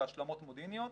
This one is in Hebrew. והשלמות מודיעיניות.